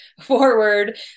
forward